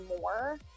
more